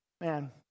Man